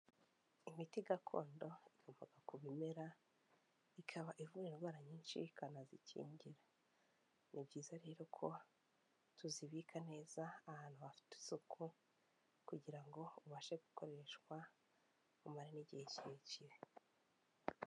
Imiti gakondo iva ku bimera, ikaba ivura indwara nyinshi ikanazikingira, ni byiza rero ko tuzibika neza ahantu hafite isuku kugira ngo ubashe gukoreshwa, umare n'igihe kirekire.